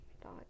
thought